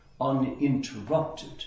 uninterrupted